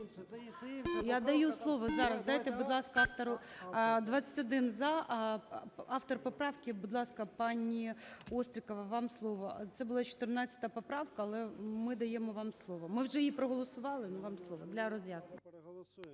Я даю слово. Зараз, дайте, будь ласка, автору... 16:27:10 За-21 21 "за". Автор поправки, будь ласка, пані Острікова, вам слово. Це була 14 поправка, але ми даємо вам слово. Ми вже її проголосували, но вам слово для роз'яснення.